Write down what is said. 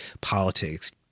politics